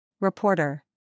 Reporter